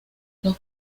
los